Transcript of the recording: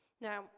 Now